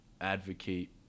advocate